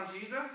Jesus